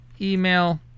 email